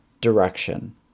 direction